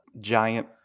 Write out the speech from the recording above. giant